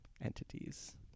entities